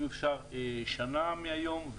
אם אפשר שנה מהיום,